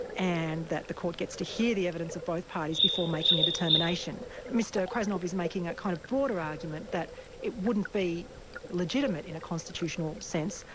and that the court gets to hear the evidence of both parties before making a determination. mr krasnov is making that kind of broader argument that it wouldn't be legitimate in a constitutional sense,